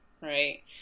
right